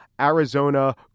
Arizona